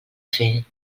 fer